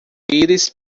íris